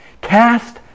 Cast